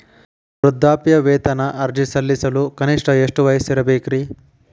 ವೃದ್ಧಾಪ್ಯವೇತನ ಅರ್ಜಿ ಸಲ್ಲಿಸಲು ಕನಿಷ್ಟ ಎಷ್ಟು ವಯಸ್ಸಿರಬೇಕ್ರಿ?